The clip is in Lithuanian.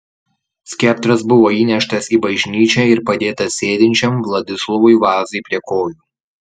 skeptras buvo įneštas į bažnyčią ir padėtas sėdinčiam vladislovui vazai prie kojų